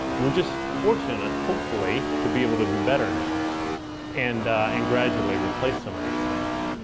we're just fortunate, hopefully, to be able to do better now and and gradually replace some of these things.